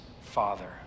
Father